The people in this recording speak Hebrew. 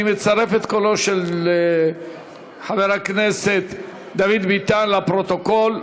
אני מצרף את קולו של חבר הכנסת דוד ביטן לפרוטוקול.